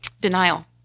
denial